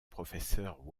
professeur